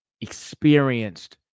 experienced